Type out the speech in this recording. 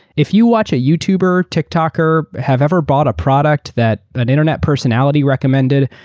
if you watch a youtuber, tiktoker, have ever brought a product that an internet personality recommended,